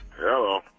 Hello